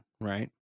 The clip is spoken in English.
right